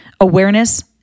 Awareness